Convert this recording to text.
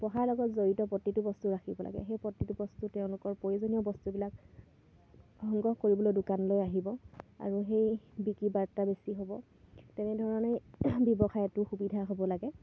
পঢ়াৰ লগত জড়িত প্ৰতিটো বস্তুৱে ৰাখিব লাগে সেই প্ৰতিটো বস্তু তেওঁলোকৰ প্ৰয়োজনীয় বস্তুবিলাক সংগ্ৰহ কৰিবলৈ দোকানলৈ আহিব আৰু সেই বিক্ৰী বাৰ্তা বেছি হ'ব তেনেধৰণেই ব্যৱসায়টিৰ সুবিধা হ'ব লাগে